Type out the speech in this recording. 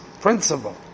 principle